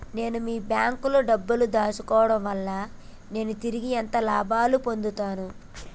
నేను మీ బ్యాంకులో డబ్బు ను దాచుకోవటం వల్ల నేను తిరిగి ఎంత లాభాలు పొందుతాను?